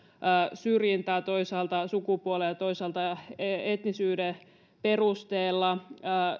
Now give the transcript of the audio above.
syrjintää toisaalta sukupuolen ja toisaalta etnisyyden perusteella